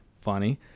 funny